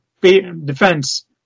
defense